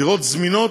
דירות זמינות,